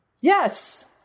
Yes